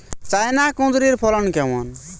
China কুঁদরীর ফলন কেমন?